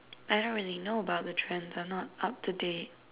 I don't really know about the trends I'm not up to date